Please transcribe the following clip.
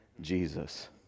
Jesus